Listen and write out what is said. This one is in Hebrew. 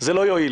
זה לא יועיל.